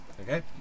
Okay